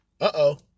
Uh-oh